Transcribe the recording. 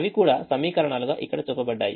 అవి కూడా సమీకరణాలుగా ఇక్కడ చూపబడ్డాయి